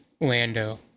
Lando